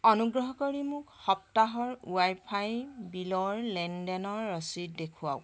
অনুগ্ৰহ কৰি মোক সপ্তাহৰ ৱাইফাই বিলৰ লেনদেনৰ ৰচিদ দেখুৱাওক